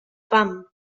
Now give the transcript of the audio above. fam